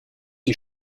die